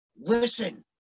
listen